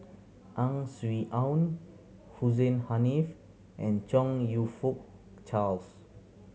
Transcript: Ang Swee Aun Hussein Haniff and Chong You Fook Charles